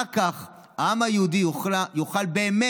רק כך העם היהודי יוכל באמת